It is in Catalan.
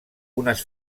unes